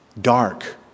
dark